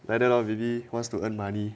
like that lor baby wants to earn money